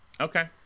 Okay